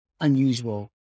unusual